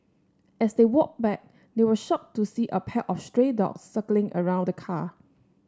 as they walked back they were shocked to see a pack of stray dogs circling around the car